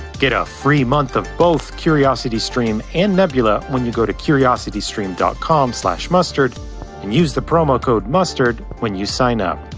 get a free month of both curiositystream and nebula when you go to curiositystream dot com slash mustard and use the promo code mustard when you sign up.